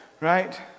right